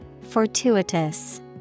Fortuitous